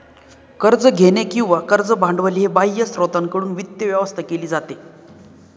कर्ज घेणे किंवा कर्ज भांडवल हे बाह्य स्त्रोतांकडून वित्त व्यवस्था केली जाते